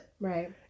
Right